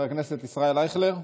חבר הכנסת ישראל אייכלר,